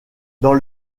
dans